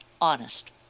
honest